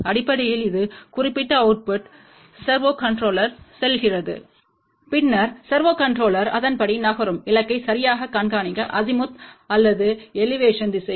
அடிப்படையில் இது குறிப்பிட்ட அவுட்புட் சர்வோ கன்ட்ரோலருக்குச் செல்கிறது பின்னர் சர்வோ கன்ட்ரோலர் அதன்படி நகரும் இலக்கை சரியாகக் கண்காணிக்க அசிமுத் அல்லது எலிவேஷன் திசை